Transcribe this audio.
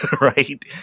right